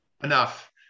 enough